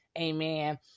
amen